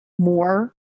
more